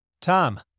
Tom